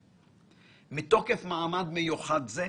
מתוקף מעמד מיוחד זה,